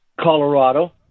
Colorado